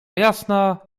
jasna